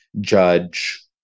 judge